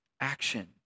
action